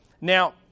Now